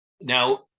Now